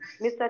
Mr